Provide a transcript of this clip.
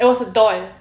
it was a doll